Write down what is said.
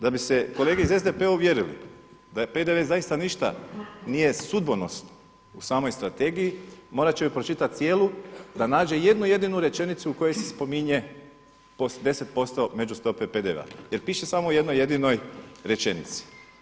Da bi se kolege iz SDP-a uvjerili da je PDV zaista ništa nije sudbonosno u samoj strategiji morat će je pročitat cijelu da nađe jednu jedinu rečenicu u kojoj se spominje 10% međustope PDV-a jer piše samo u jednoj jedinoj rečenici.